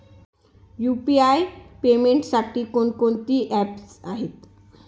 UPI पेमेंटसाठी कोणकोणती apps आहेत?